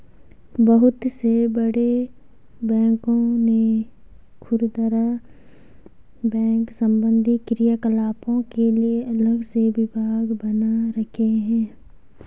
बहुत से बड़े बैंकों ने खुदरा बैंक संबंधी क्रियाकलापों के लिए अलग से विभाग बना रखे हैं